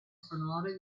sonore